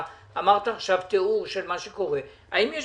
אתה תיארת עכשיו מה שקורה האם יש